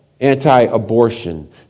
anti-abortion